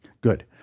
Good